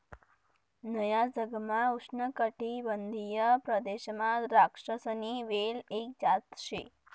नया जगमा उष्णकाटिबंधीय प्रदेशमा द्राक्षसनी वेल एक जात शे